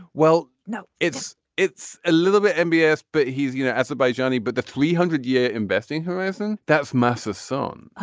well no it's it's a little bit embarrassed but he's you know as a by johnny but the three hundred year investing horizon that's massive sun